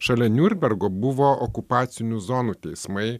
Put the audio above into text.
šalia niurnbergo buvo okupacinių zonų teismai